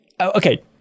Okay